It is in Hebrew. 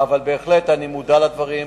אבל אני בהחלט מודע לדברים.